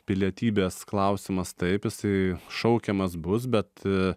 pilietybės klausimas taip jisai šaukiamas bus bet